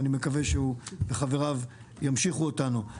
ואני מקווה שהוא וחבריו ימשיכו אותנו.